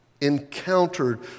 encountered